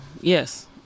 yes